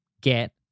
get